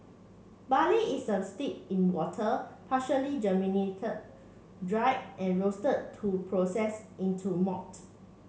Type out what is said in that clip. barley is a steep in water partially germinated dried and roasted to process into malt